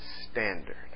standard